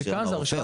יש לו הרופא,